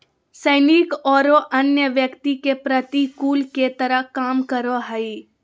सैनिक औरो अन्य व्यक्ति के प्रतिकूल के तरह काम करो हइ